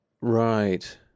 Right